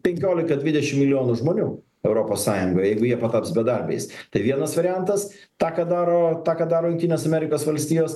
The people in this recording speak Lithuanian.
penkiolika dvidešim milijonų žmonių europos sąjungoj jeigu jie pataps bedarbiais tai vienas variantas tą ką daro tą ką daro jungtinės amerikos valstijos